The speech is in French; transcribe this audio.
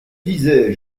disais